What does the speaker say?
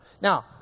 Now